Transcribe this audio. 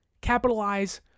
capitalize